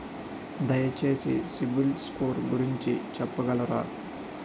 దయచేసి సిబిల్ స్కోర్ గురించి చెప్పగలరా?